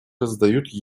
раздают